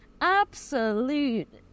absolute